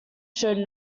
showed